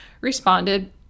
responded